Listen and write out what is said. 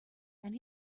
and